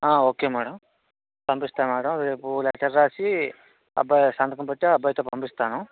okay madam పంపిస్తాను madam రేపు letter రాసి అబ్బాయి సంతకం పెట్టి అబ్బాయితో పంపిస్తాను